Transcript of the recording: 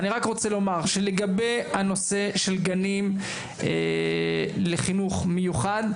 אני רק רוצה לומר שלגבי הנושא של גנים לחינוך מיוחד,